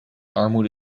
armoede